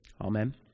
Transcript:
Amen